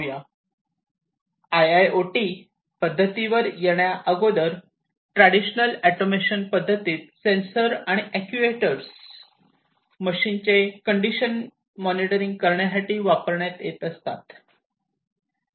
I I O T प्रसिद्ध येण्याअगोदर traditional automation पद्धतीत सेंसर आणि अक्टुएटरर्स मशीनचे कंडिशन मॉनिटरिंग करण्यासाठी वापरण्यात येत असत